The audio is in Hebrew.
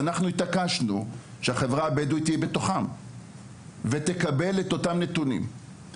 אנחנו התעקשנו שהחברה הבדואית תהיה חלק ותקבל את אותם תקציבים.